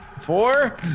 four